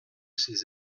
ces